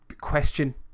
question